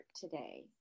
today